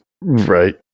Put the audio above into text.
Right